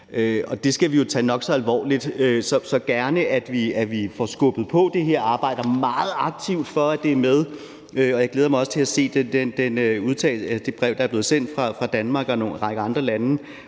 det skal vi jo tage nok så alvorligt, så vi ser gerne, at vi får skubbet på det her og arbejder meget aktivt for, at det er med. Og jeg glæder mig også til at se det brev, der er blevet sendt fra Danmark og en række andre lande.